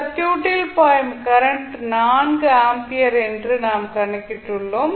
சர்க்யூட்டில் பாயும் current 4 ampere என்று நாம் கணக்கிட்டுள்ளோம்